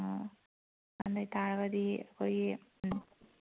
ꯑꯣ ꯑꯗꯨ ꯑꯣꯏꯇꯥꯔꯒꯗꯤ ꯑꯩꯈꯣꯏꯒꯤ